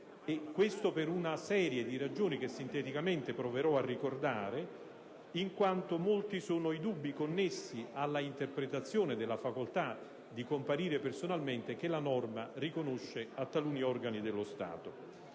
questo per una serie di ragioni che sinteticamente proverò a ricordare, in quanto molti sono i dubbi connessi all'interpretazione della facoltà di comparire personalmente che la norma riconosce a taluni organi dello Stato.